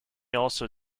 also